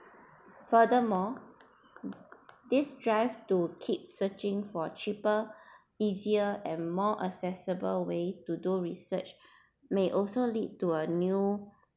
furthermore this drive to keep searching for cheaper easier and more accessible way to do research may also lead to a